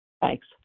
Thanks